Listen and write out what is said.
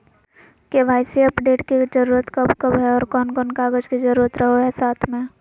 KYC update के जरूरत कब कब है और कौन कौन कागज के जरूरत रहो है साथ में?